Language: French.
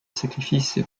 sacrifices